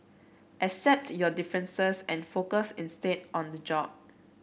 accept your differences and focus instead on the job